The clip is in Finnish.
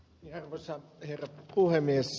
arvoisa herra puhemies